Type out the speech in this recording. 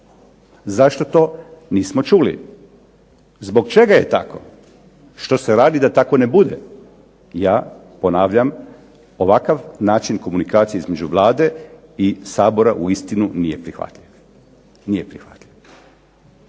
Zašto to nismo čuli? Zbog čega je tako? Što se radi da tako ne bude? Ja ponavljam ovakav način komunikacije između Vlade i Sabora uistinu nije prihvatljiv,